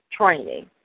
training